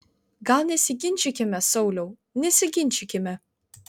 gal nesiginčykime sauliau nesiginčykime